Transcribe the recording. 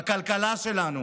בכלכלה שלנו?